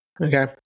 okay